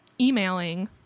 emailing